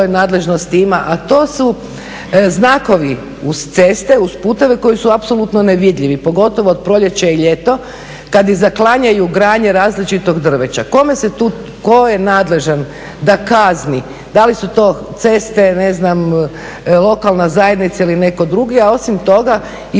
Kome se tu, ko je nadležan da kazni, da li su to ceste, ne znam lokalna zajednica ili neko drugi? A osim toga i problemi